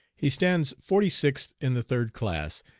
he stands forty-sixth in the third class,